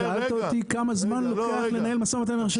שאלת אותי כמה זמן לוקח לנהל משא ומתן עם הרשתות.